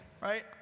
Right